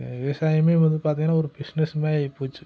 விவசாயமே வந்து பார்த்திங்கனா ஒரு பிஸ்னஸ் மாதிரி ஆகிப்போச்சு